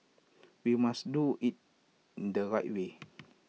we must do so in the right way